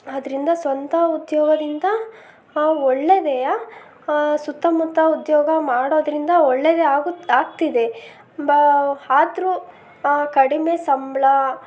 ಆದ್ದರಿಂದ ಸ್ವಂತ ಉದ್ಯೋಗದಿಂದ ಒಳ್ಳೆದೆ ಸುತ್ತಮುತ್ತ ಉದ್ಯೋಗ ಮಾಡೋದ್ರಿಂದ ಒಳ್ಳೆಯದೇ ಆಗುತ್ತೆ ಆಗ್ತಿದೆ ಬ ಆದ್ರೂ ಕಡಿಮೆ ಸಂಬಳ